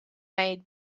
made